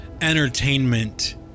entertainment